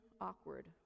awkward